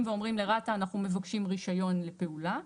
ואומרים לרת"א אנחנו מבקשים רישיון לפעולה.